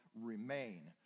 remain